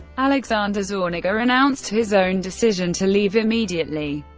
alexander zorniger announced his own decision to leave immediately.